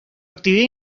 actividad